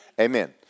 Amen